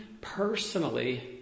personally